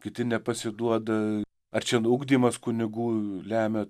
kiti nepasiduoda ar čia ugdymas kunigų lemia